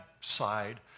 side